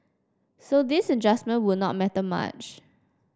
so this adjustment would not matter much